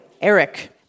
Eric